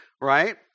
right